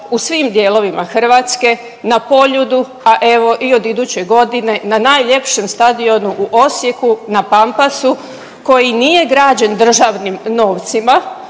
u svim dijelovima Hrvatske na Poljudu, a evo i od iduće godine na najljepšem Stadionu u Osijeku na Pampasu koji nije građen državnim novcima,